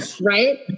right